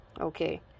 okay